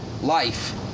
life